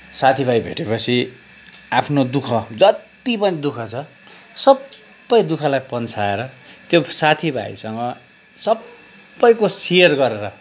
साथीभाइ भेटेपछि आफ्नो दुखः जत्ति पनि दुख छ सबै दुखःलाई पन्छाएर त्यो साथीभाइहरूसँग सबैको सेयर गरेर